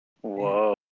Whoa